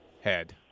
head